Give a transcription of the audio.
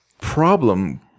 problem